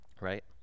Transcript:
Right